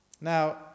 Now